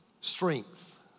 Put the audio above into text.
strength